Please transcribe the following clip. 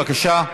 בבקשה.